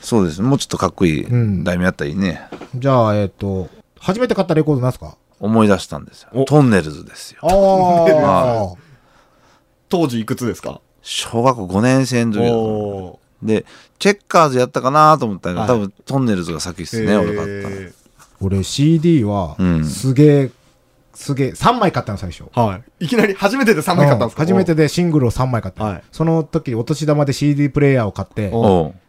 そうです。もうちょっとかっこいい題名あったらいいね。うん。じゃあ、えっと、初めて買ったレコードなんすか？思い出したんですよ。お。トンネルズですよ。あー。トンネルズ。はい。当時いくつですか？小学校五年生の時だと思う。おー。で、チェッカーズやったかなと思ったんだけど、はい。多分トンネルズが先っすね、へー。俺買ったの。俺CDは、すげえ、うん。すげえ、三枚買ったの、最初。はい。いきなり初めてで三枚買ったんですか？うん。初めてでシングルを三枚買ったの。はい。その時、お年玉でCDプレイヤーを買って、おう。